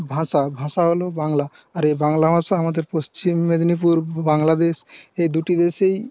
ভাষা ভাষা হল বাংলা আর এ বাংলা ভাষা আমাদের পশ্চিম মেদিনীপুর বাংলাদেশ এই দুটি দেশেই